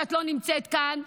שאת לא נמצאת כאן,